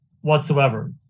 whatsoever